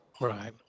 Right